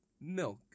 milk